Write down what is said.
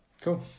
Cool